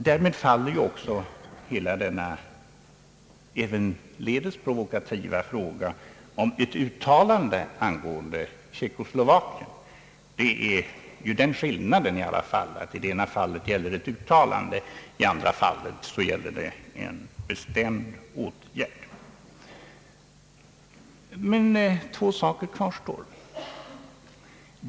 Därmed faller också hela denna ävenledes provokativa fråga om ett uttalande angående Tjeckoslovakien — det är i alla fall den skillnaden att det i det ena fallet gäller ett uttalande, och i det andra fallet gäller en bestämd åtgärd. Men två saker kvarstår.